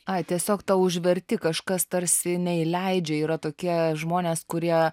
ai tiesiog tau užverti kažkas tarsi neįleidžia yra tokie žmonės kurie